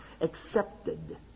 Accepted